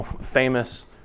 famous